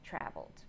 traveled